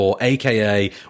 aka